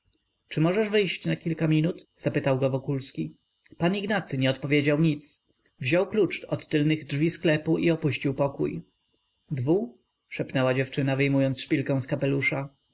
czy możesz wyjść na kilka minut zapytał go wokulski pan ignacy nie odpowiedział nic wziął klucz od tylnych drzwi sklepu i opuścił pokój dwu szepnęła dziewczyna wyjmując szpilkę